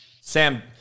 Sam